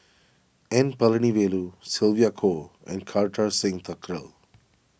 N Palanivelu Sylvia Kho and Kartar Singh Thakral